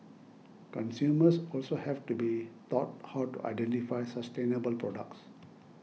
consumers also have to be taught how to identify sustainable products